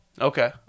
Okay